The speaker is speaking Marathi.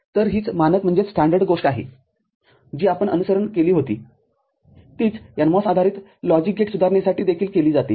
तर हीच मानक गोष्ट आहे जी आपण अनुसरण केली होती तीच NMOS आधारित लॉजिक गेट सुधारणेसाठी देखील केली जाते